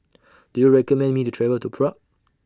Do YOU recommend Me to travel to Prague